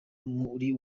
muri